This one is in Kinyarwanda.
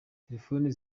telefoni